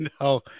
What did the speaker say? no